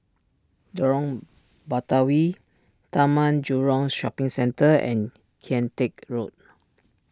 Lorong Batawi Taman Jurong Shopping Centre and Kian Teck Road